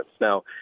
Now